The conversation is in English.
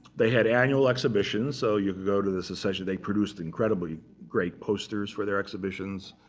they had annual exhibitions. so you could go to the succession. they produced incredibly great posters for their exhibitions.